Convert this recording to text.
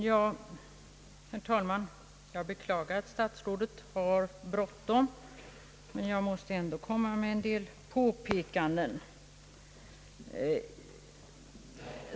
Herr talman! Jag beklagar att statsrådet har bråttom, men jag måste i alla fall göra en del påpekanden.